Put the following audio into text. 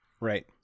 Right